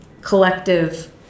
collective